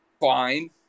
fine